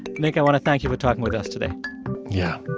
nick, i want to thank you for talking with us today yeah.